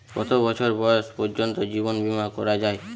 কত বছর বয়স পর্জন্ত জীবন বিমা করা য়ায়?